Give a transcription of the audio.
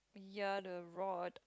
ya the rod